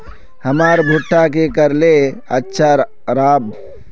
हमर भुट्टा की करले अच्छा राब?